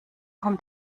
kommt